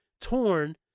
torn